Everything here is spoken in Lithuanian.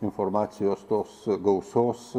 informacijos tos gausos